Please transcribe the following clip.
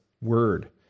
word